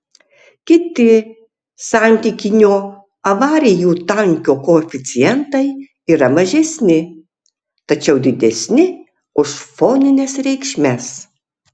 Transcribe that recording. kiti santykinio avarijų tankio koeficientai yra mažesni tačiau didesni už fonines reikšmes